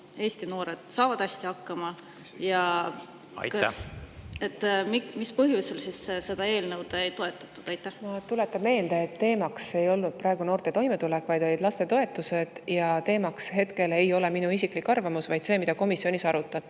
Eesti noored saavad hästi hakkama ja mis põhjusel ikkagi seda eelnõu ei toetatud? Tuletan meelde, et teemaks ei olnud praegu noorte toimetulek, vaid lastetoetused. Ja hetkel ei ole teemaks minu isiklik arvamus, vaid see, mida komisjonis arutati.